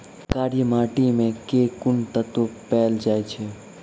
कार्य माटि मे केँ कुन तत्व पैल जाय छै?